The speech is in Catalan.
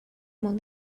molt